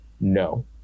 no